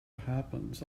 happens